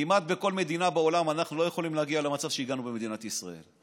כמעט בכל מדינה בעולם אנחנו לא יכולים להגיע למצב שהגענו במדינת ישראל.